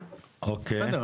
בסדר.